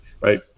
right